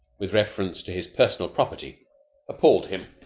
with reference to his personal property appalled him.